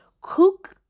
Cook